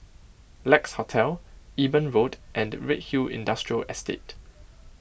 Lex Hotel Eben Road and Redhill Industrial Estate